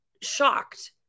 shocked